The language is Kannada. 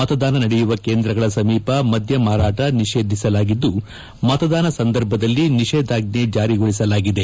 ಮತದಾನ ನಡೆಯುವ ಕೇಂದ್ರಗಳ ಸಮೀಪ ಮದ್ಯ ಮಾರಾಟ ನಿಷೇಧಿಸಲಾಗಿದ್ದು ಮತದಾನ ಸಂದರ್ಭದಲ್ಲಿ ನಿಷೇಧಾಜ್ಞೆ ಜಾರಿಗೊಳಿಸಲಾಗಿದೆ